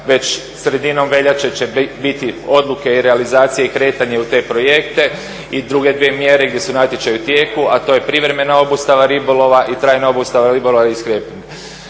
Već sredinom veljače će biti odluke i realizacije i kretanje u te projekte. I druge dvije mjere gdje su natječaji u tijeku, a to je privremena obustava ribolova i trajna obustava ribolova. Kroz